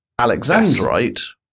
Alexandrite